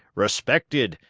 respected,